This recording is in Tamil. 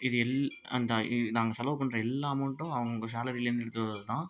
இது எல் அந்த இது நாங்கள் செலவு பண்ணுற எல்லா அமௌண்ட்டும் அவங்க சேலரிலேருந்து எடுத்தது தான்